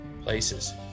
places